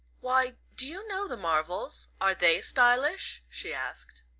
why, do you know the marvells? are they stylish? she asked.